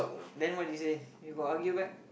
then what you say you got argue back